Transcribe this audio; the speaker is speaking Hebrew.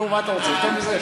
נו, מה אתה רוצה, יותר מזה?